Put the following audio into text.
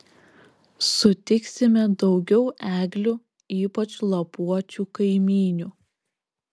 sutiksime daugiau eglių ypač lapuočių kaimynių